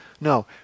No